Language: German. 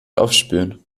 aufspüren